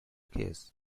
case